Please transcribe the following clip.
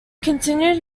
continued